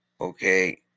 okay